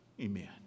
amen